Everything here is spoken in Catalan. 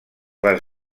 van